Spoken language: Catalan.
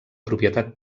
propietat